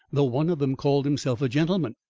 though one of them called himself a gentleman.